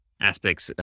aspects